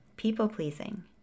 people-pleasing